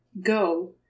go